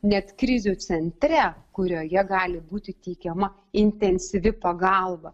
net krizių centre kurioje gali būti teikiama intensyvi pagalba